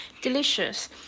delicious